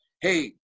Hey